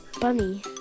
bunny